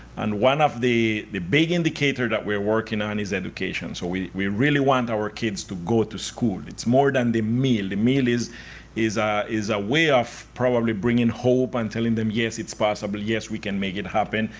and one of the the big indicators that we're working on is education. so we we really want our kids to go to school. it's more than the meal. the meal is is ah a way of probably bringing hope and telling them yes, it's possible. yes, we can make it happen.